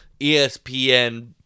ESPN